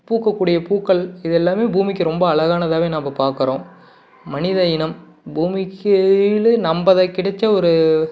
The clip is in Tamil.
பூக்கக்கூடிய பூக்கள் இதெல்லாமே பூமிக்கு ரொம்ப அழகானதாகவே நம்ம பார்க்கறோம் மனித இனம் பூமிக்கு கீழே நம்ம அதுக்கு கிடைத்த ஒரு